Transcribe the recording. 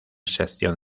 sección